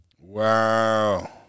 Wow